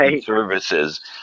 services